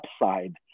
upside